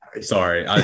Sorry